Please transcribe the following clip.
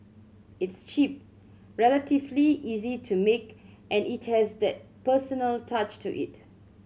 it's cheap relatively easy to make and it has that personal touch to it